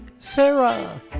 sarah